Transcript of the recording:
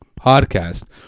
Podcast